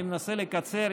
אני מנסה לקצר.